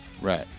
Right